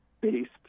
based